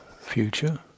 future